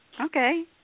Okay